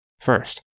First